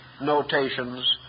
notations